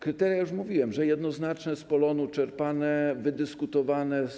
Kryteria - już mówiłem, że jednoznaczne, z POL-on czerpane, wydyskutowane.